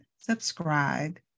subscribe